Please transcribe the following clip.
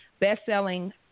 Best-selling